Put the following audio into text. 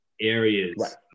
areas